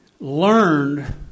learned